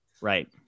Right